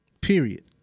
Period